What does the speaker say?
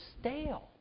stale